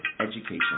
education